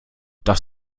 das